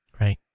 Right